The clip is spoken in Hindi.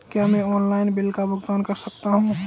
क्या मैं ऑनलाइन बिल का भुगतान कर सकता हूँ?